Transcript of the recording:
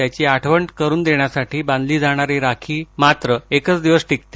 त्याची आठवण करून देण्यासाठी बांधली जाणारी राखी मात्र एकच दिवस टिकते